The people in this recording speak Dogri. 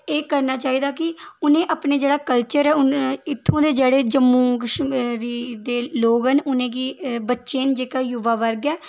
एह् करना चाहिदा कि उ'नेंई अपने जेह्ड़ा कल्चर ऐ इत्थूं जेह्ड़े जम्मू कश्मीर दे लोग न उ'नेंगी बच्चें'ई जेह्का युवा वर्ग ऐ